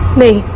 may